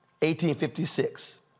1856